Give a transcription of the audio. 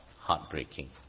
heartbreaking